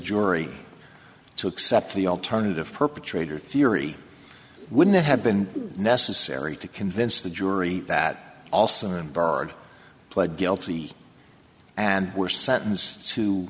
jury to accept the alternative perpetrator theory wouldn't have been necessary to convince the jury that also i'm barred pled guilty and were sentenced to